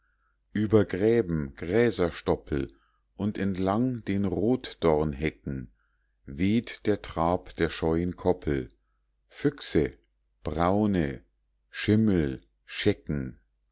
über gräben gräserstoppel und entlang den rotdornhecken weht der trab der scheuen koppel füchse braune schimmel schecken